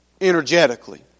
energetically